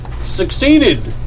succeeded